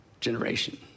generation